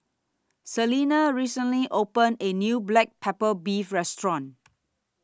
Celina recently opened A New Black Pepper Beef Restaurant